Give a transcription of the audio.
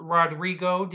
Rodrigo